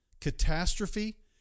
catastrophe